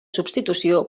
substitució